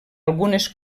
algunes